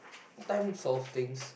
time solve things